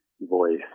voice